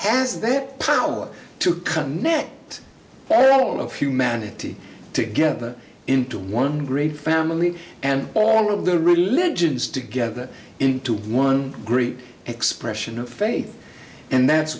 as that power to come next then all of humanity together into one great family and all of the religions together into one great expression of faith and that's